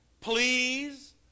Please